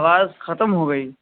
آواز ختم ہو گئی